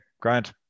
Grant